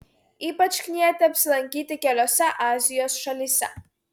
ypač knieti apsilankyti keliose azijos šalyse